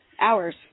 hours